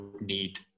need